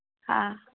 हा